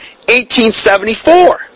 1874